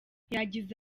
yagize